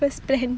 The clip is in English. first ten